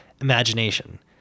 imagination